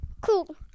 Cool